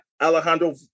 Alejandro